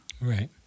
Right